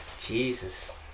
Jesus